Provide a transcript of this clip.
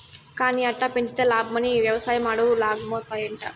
కానీ అట్టా పెంచితే లాబ్మని, వెవసాయం అడవుల్లాగౌతాయంట